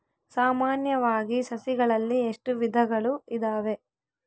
ಸಾಮಾನ್ಯವಾಗಿ ಸಸಿಗಳಲ್ಲಿ ಎಷ್ಟು ವಿಧಗಳು ಇದಾವೆ?